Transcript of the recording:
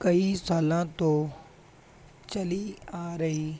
ਕਈ ਸਾਲਾਂ ਤੋਂ ਚਲੀ ਆ ਰਹੀ